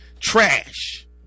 trash